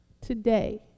today